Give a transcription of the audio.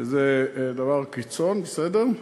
שזה דבר קיצון, בסדר?